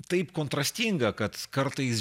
taip kontrastinga kad kartais